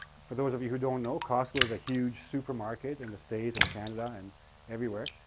for those of you who don't know, costco is a huge supermarket in the states and canada and everywhere.